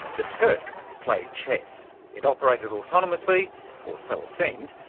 the turk played chess. it operated autonomously, or so it seemed,